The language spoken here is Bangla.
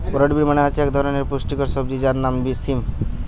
ব্রড বিন মানে হচ্ছে এক ধরনের পুষ্টিকর সবজি যার নাম সিম